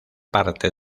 parte